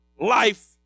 Life